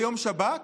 ביום שבת?